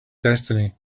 destiny